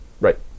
Right